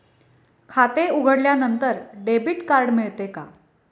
खाते उघडल्यानंतर debit card मिळते का?